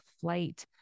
flight